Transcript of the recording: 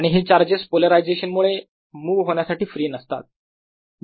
आणि हे charges polarisation मुळे मुव्ह होण्यासाठी फ्री नसतात